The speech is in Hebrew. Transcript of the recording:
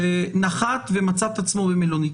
שנחת ומצא את עצמו במלונית,